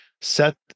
set